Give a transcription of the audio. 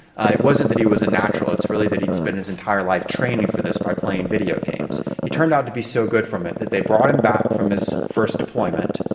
ah it wasn't that he was a natural, it's really that he'd spent his entire life training for this by playing video games. he turned out to be so good from it that they brought him back from his first deployment.